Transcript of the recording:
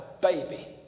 baby